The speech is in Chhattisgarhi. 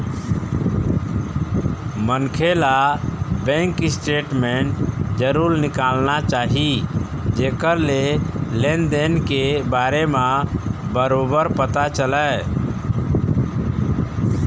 मनखे ल बेंक स्टेटमेंट जरूर निकालना चाही जेखर ले लेन देन के बारे म बरोबर पता चलय